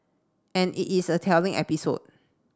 and it is a telling episode